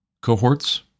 cohorts